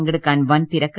പങ്കെടുക്കാൻ വൻ തിരക്ക്